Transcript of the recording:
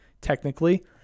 technically